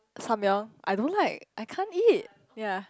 Samyang I don't like I can't eat ya